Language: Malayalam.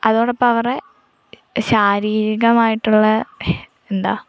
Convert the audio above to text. അതോടൊപ്പം അവരുടെ ശാരീരികമായിട്ടുള്ള എന്താ